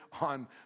on